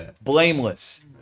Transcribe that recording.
blameless